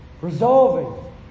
Resolving